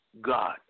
God